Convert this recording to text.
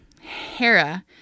Hera